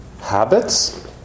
habits